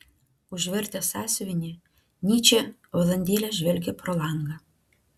užvertęs sąsiuvinį nyčė valandėlę žvelgė pro langą